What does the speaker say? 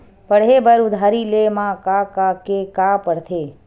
पढ़े बर उधारी ले मा का का के का पढ़ते?